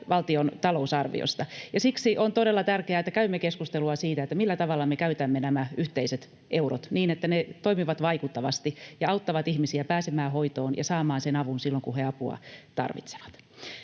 valtion talousarviosta. Siksi on todella tärkeää, että käymme keskustelua siitä, millä tavalla me käytämme nämä yhteiset eurot niin, että ne toimivat vaikuttavasti ja auttavat ihmisiä pääsemään hoitoon ja saamaan sen avun silloin kun he apua tarvitsevat.